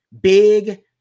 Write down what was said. big